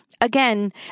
again